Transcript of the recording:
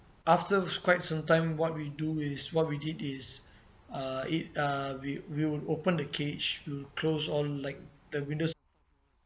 after quite some time what we do is what we did is uh it uh we will open the cage we'll close all like the windows